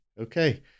okay